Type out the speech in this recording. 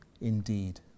indeed